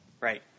Right